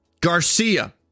Garcia